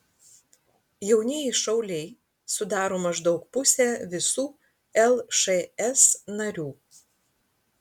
jaunieji šauliai sudaro maždaug pusę visų lšs narių